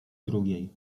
drugiej